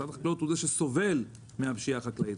משרד החקלאות הוא זה שסובל מהפשיעה החקלאית,